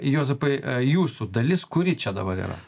juozapai jūsų dalis kuri čia dabar yra